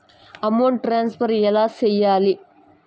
amount transfer ఎలా సేయాలి